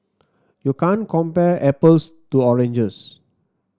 you can't compare apples to oranges